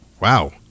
Wow